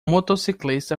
motociclista